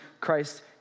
Christ